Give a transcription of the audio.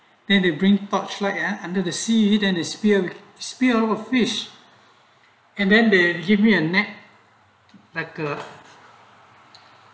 then they bring torchlight ah under the sea than they sphere spill of fish and then they give me a neck lacquer